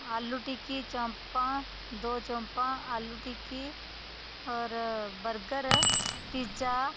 आलू टिक्की चोम्पां दो चोम्पां आलू टिक्की होर बर्गर पिज्जा